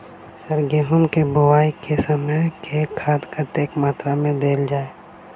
Sir गेंहूँ केँ बोवाई केँ समय केँ खाद कतेक मात्रा मे देल जाएँ?